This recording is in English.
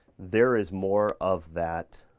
there is more of that